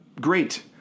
Great